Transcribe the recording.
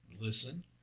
listen